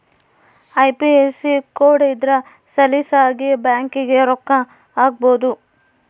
IFSC code ಇದ್ರ ಸಲೀಸಾಗಿ ಬ್ಯಾಂಕಿಗೆ ರೊಕ್ಕ ಹಾಕ್ಬೊದು